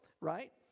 right